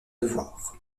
devoir